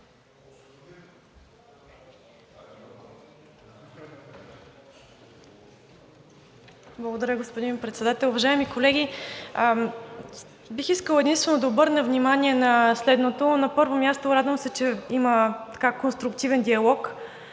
Благодаря, господин Председател. Уважаеми колеги, бих искала единствено да обърна внимание на следното. На първо място, се радвам, че има конструктивен диалог